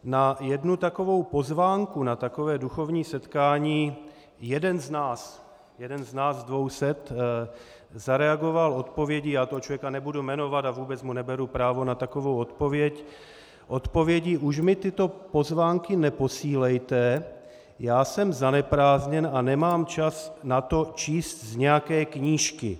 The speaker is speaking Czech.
Na jednu takovou pozvánku na takové duchovní setkání jeden z nás dvou set zareagoval odpovědí já toho člověka nebudu jmenovat a vůbec mu neberu právo na takovou odpověď: už mi tyto pozvánky neposílejte, já jsem zaneprázdněn a nemám čas na to číst z nějaké knížky.